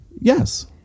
yes